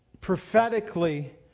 prophetically